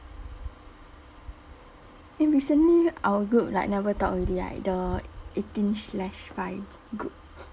eh recently our group like never talk already right the eighteen slash five group